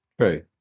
True